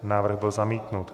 Návrh byl zamítnut.